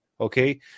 Okay